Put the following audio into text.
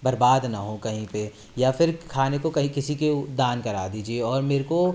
बर्बाद ना हो कहीं पे या फिर खाने को कहीं किसी के दान करा दीजिए और मेरे को